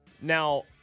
now